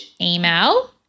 email